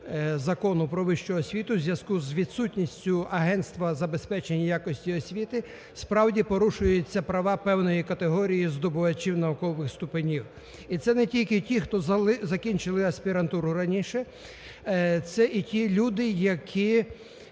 Закону "Про вищу освіту" в зв'язку з відсутністю агентства з забезпечення якості освіти, справді, порушуються права певної категорії здобувачів наукових ступенів. І це не тільки ті, хто закінчили аспірантуру раніше. Це і ті люди, які